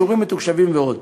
שיעורים מתוקשבים ועוד.